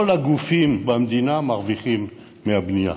כל הגופים במדינה מרוויחים מהבנייה.